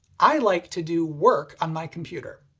i like to do work on my computer.